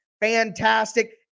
fantastic